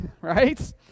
right